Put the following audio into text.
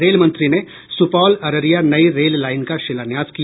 रेलमंत्री ने सुपौल अररिया नई रेल लाईन का शिलान्यास किया